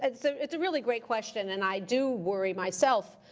and so it's a really great question. and i do worry, myself,